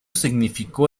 significó